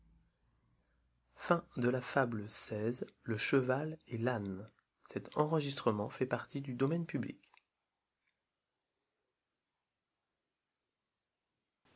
le cheval et l'ane